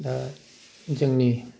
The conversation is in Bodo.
दा जोंनि